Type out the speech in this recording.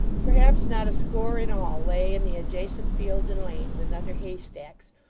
perhaps not a score in all lay in the adjacent fields and lanes, and under haystacks,